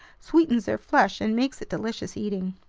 sweetens their flesh and makes it delicious eating.